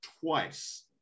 twice